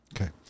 Okay